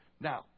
Now